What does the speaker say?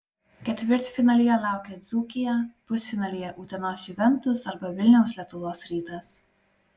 ketvirtfinalyje laukia dzūkija pusfinalyje utenos juventus arba vilniaus lietuvos rytas